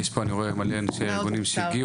כי יש פה אני רואה מלא ראשי ארגונים שהגיעו,